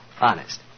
Honest